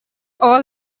all